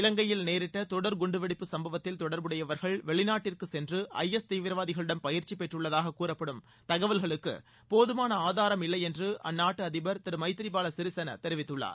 இலங்கையில் நேரிட்ட தொடர் குண்டுவெடிப்பு சம்பவத்தில் தொடர்புடையவர்கள் வெளிநாட்டிற்கு சென்று ஐ எஸ் தீவிரவாதிகளிடம் பயிற்சி பெற்றுள்ளதாக கூறப்படும் தகவல்களுக்கு போதுமான ஆதாரமில்லை என்று அந்நாட்டு அதிபர் திரு மைத்ரிபால சிறிசேனா தெரிவித்துள்ளார்